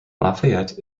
lafayette